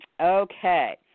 Okay